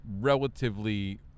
relatively